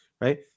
Right